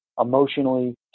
emotionally